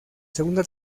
segunda